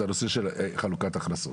זה הנושא של חלוקת הכנסות.